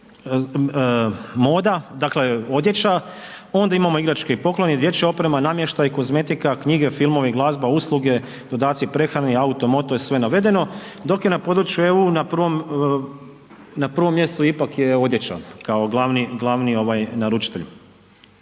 moda, dakle odjeća. Onda imamo igračke i poklone i dječja oprema, namještaj, kozmetika, knjige, filmovi, glazba, usluge, dodaci prehrani, auto moto i sve navedeno, dok je na području EU na prvom, na prvom mjestu ipak je odjeća kao glavni, glavni